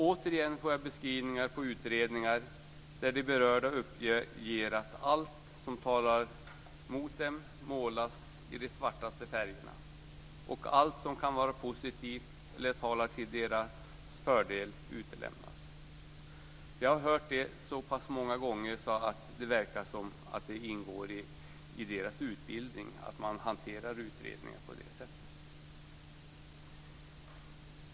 Återigen har jag fått beskrivningar på utredningar där de berörda uppger att allt som talar mot dem målas i de svartaste färgerna och att allt som kan vara positivt eller talar till deras fördel utelämnas. Jag har hört detta så pass många gånger att det verkar ingå i utbildningen att hantera utredningar så.